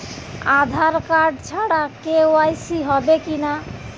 আধার card ছাড়া KYC হবে কিনা?